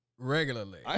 Regularly